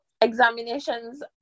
examinations